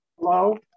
Hello